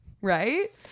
right